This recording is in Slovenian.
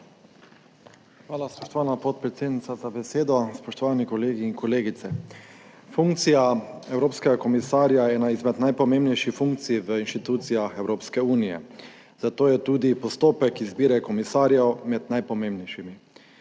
Hvala, spoštovana podpredsednica, za besedo. Spoštovani kolegi in kolegice! Funkcija evropskega komisarja je ena izmed najpomembnejših funkcij v institucijah Evropske unije, zato je tudi postopek izbire komisarjev med najpomembnejšimi.